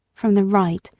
from the right,